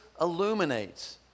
illuminates